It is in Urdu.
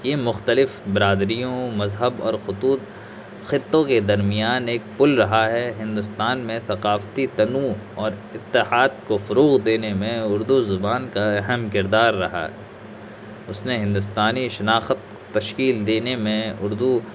یہ مختلف برادریوں مذہب اور خطوط خطوں کے درمیان ایک پل رہا ہے ہندوستان میں ثقافتی تنوع اور اتحاد کو فروع دینے میں اردو زبان کا اہم کردار رہا اس نے ہندوستانی شناخت کو تشکیل دینے میں اردو